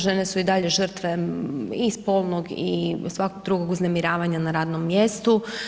Žene su i dalje žrtve i spolnog i svakog drugog uznemiravanja na radnom mjestu.